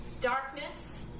darkness